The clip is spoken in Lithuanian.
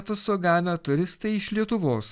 atostogavę turistai iš lietuvos